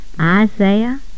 Isaiah